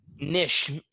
niche